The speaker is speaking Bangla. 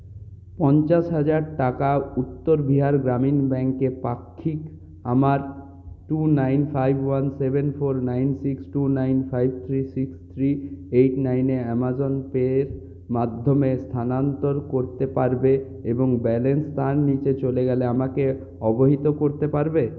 পঞ্চাশ হাজার টাকা উত্তর বিহার গ্রামীণ ব্যাঙ্ক এ পাক্ষিক আমার two nine five one seven four nine six two nine five three six three eight nine এ আমাজন এর মাধ্যমে স্থানানন্তর করতে পারবে এবং ব্যালেন্স তার নিচে চলে গেলে আমাকে অবহিত করতে পারবে